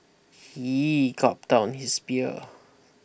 he gulped down his beer